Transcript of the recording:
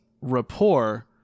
rapport